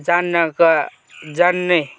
जान्नका जान्ने